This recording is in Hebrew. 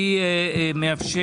אני מבקש